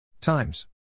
Times